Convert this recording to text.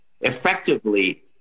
effectively